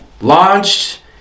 launched